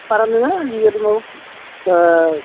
बारा नङा निजादि माव